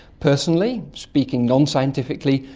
personally, speaking non-scientifically,